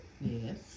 Yes